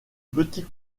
petit